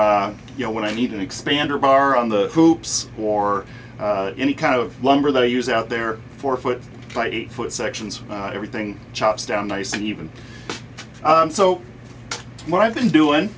you know when i need an expander bar on the hoops war any kind of lumber they use out there four foot by eight foot sections everything chops down nice and even so what i've been doing